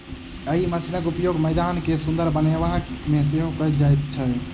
एहि मशीनक उपयोग मैदान के सुंदर बनयबा मे सेहो कयल जाइत छै